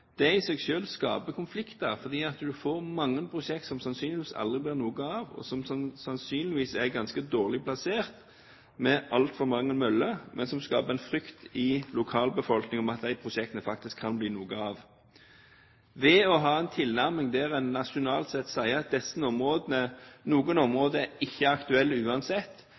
Det i seg selv skaper konflikter. Man får mange prosjekter som sannsynligvis aldri vil bli noe av, og som sannsynligvis er ganske dårlig plassert, med altfor mange møller, men som skaper en frykt i lokalbefolkningen for at det faktisk kan bli noe av prosjektene. Ved å ha en tilnærming der en nasjonalt sett sier at noen områder er ikke aktuelle uansett, andre områder er svært aktuelle